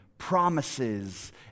Promises